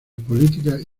políticas